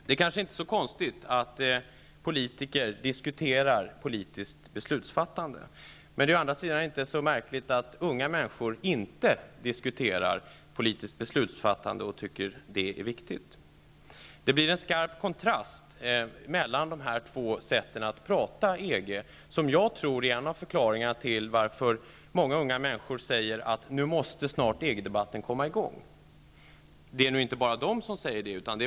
Det är kanske inte så konstigt att politiker diskuterar politiskt beslutsfattande, men å andra sidan är det inte heller märkligt att unga människor inte diskuterar politiskt beslutsfattande och inte heller tycker att det är viktigt. Det blir en skarp kontrast mellan dessa två sätt att tala om EG. Jag tror att det är en av förklaringarna till att unga människor säger att EG-debatten snart måste komma i gång. Det är inte bara unga människor som säger så.